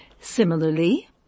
Similarly